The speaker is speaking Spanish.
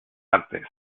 artes